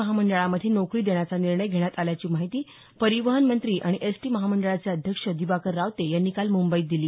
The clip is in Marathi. महामंडळामध्ये नोकरी देण्याचा निर्णय घेण्यात आल्याची माहिती परिवहन मंत्री आणि एस टी महामंडळाचे अध्यक्ष दिवाकर रावते यांनी काल मुंबईत दिली